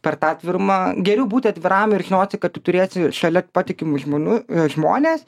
per tą atvirumą geriau būti atviram ir žinosi kad turėsi šalia patikimų žmonių žmones